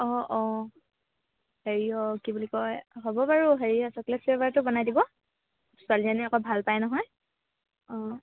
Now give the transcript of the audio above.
অঁ অঁ হেৰি অঁ কি বুলি কয় হ'ব বাৰু হেৰি চকলেট ফ্লেভাৰটো বনাই দিব ছোৱালীজনীয়ে অকৌ ভাল পায় নহয় অঁ